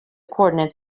coordinates